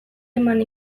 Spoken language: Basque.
eman